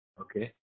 Okay